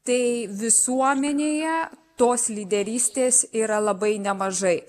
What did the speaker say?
tai visuomenėje tos lyderystės yra labai nemažai